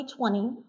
2020